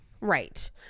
right